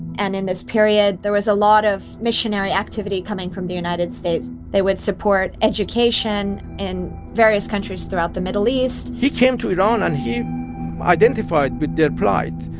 and in this period, there was a lot of missionary activity coming from the united states. they would support education in various countries throughout the middle east he came to iran, and he identified with their plight.